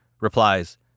replies